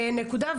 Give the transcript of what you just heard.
בנקודה.